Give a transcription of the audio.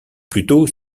plutôt